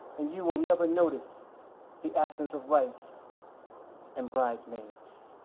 and you will never notice the absence of rice and bridesmaids.